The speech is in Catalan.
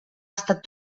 estat